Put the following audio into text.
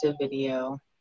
video